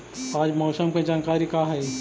आज मौसम के जानकारी का हई?